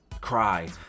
cry